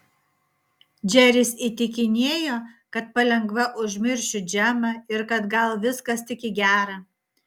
džeris įtikinėjo kad palengva užmiršiu džemą ir kad gal viskas tik į gera